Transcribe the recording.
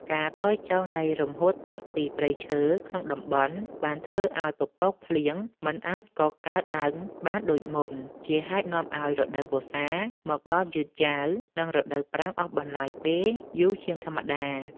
ការថយចុះនៃរំហួតទឹកពីព្រៃឈើក្នុងតំបន់ បានធ្វើឱ្យពពកភ្លៀងមិនអាចកកើតឡើងបានដូចមុន ជាហេតុនាំឱ្យរដូវវស្សាមកដល់យឺតយ៉ាវ និងរដូវប្រាំងអូសបន្លាយពេលយូរជាងធម្មតា។